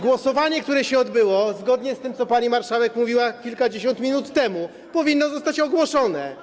Głosowanie, które się odbyło, zgodnie z tym, co pani marszałek mówiła kilkadziesiąt minut temu, powinno zostać ogłoszone.